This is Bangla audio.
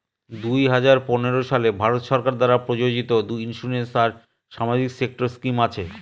দুই হাজার পনেরো সালে ভারত সরকার দ্বারা প্রযোজিত ইন্সুরেন্স আর সামাজিক সেক্টর স্কিম আছে